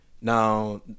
Now